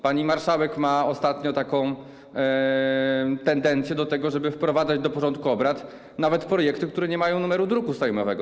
Pani marszałek ma ostatnio taką tendencję, żeby wprowadzać do porządku obrad nawet projekty, które nie mają numeru druku sejmowego.